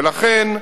ולכן,